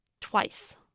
Twice